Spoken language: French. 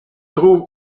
trouve